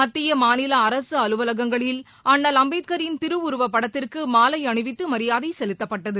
மத்திய மாநில அரசு அலுவலகங்களில் அண்ணல் அம்பேத்கரின் திருவுருவப்படத்திற்கு மாலை அணிவித்து மரியாதை செலுத்தப்பட்டது